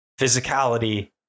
physicality